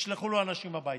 ישלחו אליו אנשים הביתה,